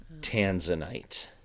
tanzanite